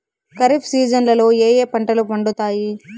ఖరీఫ్ సీజన్లలో ఏ ఏ పంటలు పండుతాయి